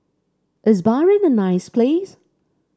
is Bahrain a nice place